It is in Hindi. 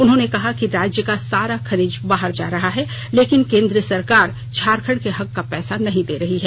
उन्होंने कहा कि राज्य का सारा खनिज बाहर जा रहा है लेकिन केन्द्र सरकार झारखंड के हक का पैसा नहीं दे रही है